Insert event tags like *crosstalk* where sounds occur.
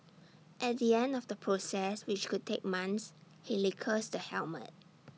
at the end of the process which could take months he lacquers the helmet *noise*